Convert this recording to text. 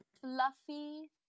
fluffy